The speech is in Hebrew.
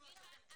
סליחה,